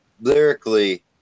lyrically